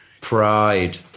Pride